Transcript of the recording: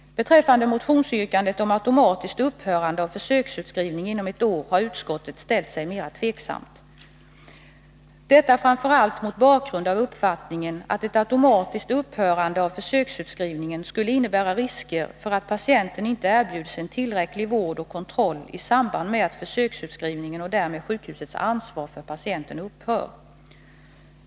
Till motionsyrkandet om automatiskt upphörande av försöksutskrivning inom ett år har utskottet ställt sig mera tveksamt, framför allt mot bakgrund av uppfattningen att ett automatiskt upphörande av försöksutskrivningen skulle innebära risker för att patienten inte erbjuds en tillräcklig vård och kontroll i samband med att försöksutskrivningen och därmed sjukhusets ansvar för patienten upphör.